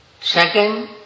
Second